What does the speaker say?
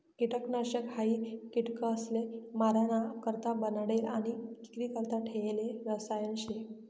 किटकनाशक हायी किटकसले माराणा करता बनाडेल आणि इक्रीकरता ठेयेल रसायन शे